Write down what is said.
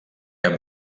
cap